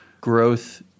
growth